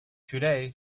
today